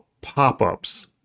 pop-ups